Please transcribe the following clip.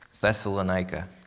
Thessalonica